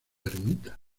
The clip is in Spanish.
ermita